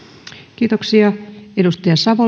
arvoisa